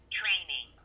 training